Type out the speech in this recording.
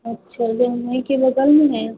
अच्छा उन्ही के बगल में है